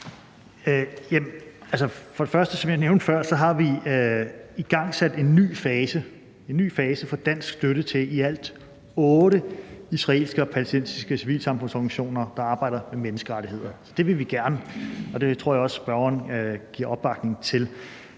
Først har vi, som jeg nævnte før, igangsat en ny fase for dansk støtte til i alt otte israelske og palæstinensiske civilsamfundsorganisationer, der arbejder med menneskerettigheder. Det vil vi gerne, og det tror jeg også spørgeren giver opbakning til.